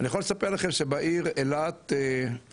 אני יכול לספר לכם שבעיר אילת הילדים,